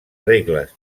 regles